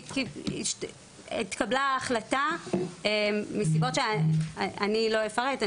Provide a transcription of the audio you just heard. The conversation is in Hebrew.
התקבלה ההחלטה מסיבות שאני לא אפרט.